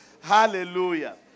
Hallelujah